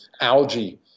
algae